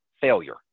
failure